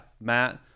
Matt